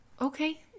Okay